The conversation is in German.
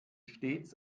stets